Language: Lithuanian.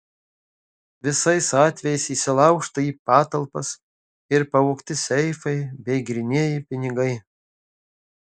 visais atvejais įsilaužta į patalpas ir pavogti seifai bei grynieji pinigai